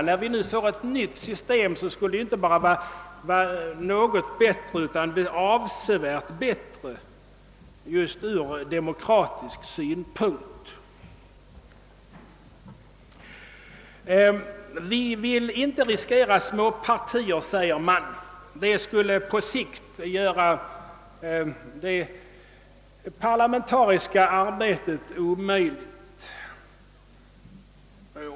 När vi nu får ett nytt valsystem skulle detta vara inte bara något bättre utan avsevärt bättre just ur demokratisk synpunkt. Vi vill inte riskera att få småpartier, säger man, ty det skulle på sikt göra det parlamentariska arbetet omöjligt.